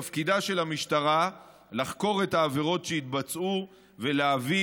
תפקידה של המשטרה לחקור את העבירות שהתבצעו ולהביא